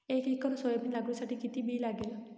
एक acre soybean लागवडीसाठी किती बी लागेल?